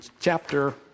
chapter